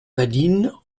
badine